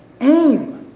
aim